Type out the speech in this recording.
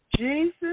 Jesus